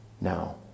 now